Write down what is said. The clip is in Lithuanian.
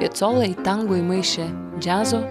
piecola į tango įmaišė džiazo